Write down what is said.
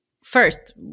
first